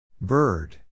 Bird